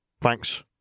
Thanks